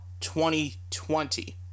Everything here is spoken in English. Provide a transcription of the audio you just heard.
2020